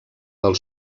del